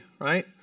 Right